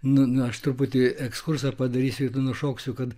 nu nu aš truputį ekskursą padarysiu nušoksiu kad